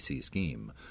scheme